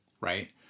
right